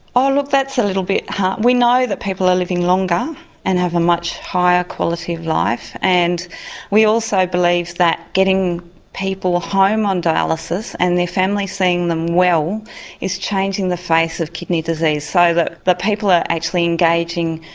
oh look that's a little bit hard. we know that people are living longer and have a much higher quality of life and we also believe that getting people home on dialysis and their families seeing them well is changing the face of kidney disease. so that the people are actually engaging,